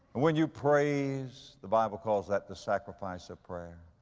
when you praise, the bible calls that the sacrifice of prayer.